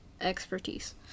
expertise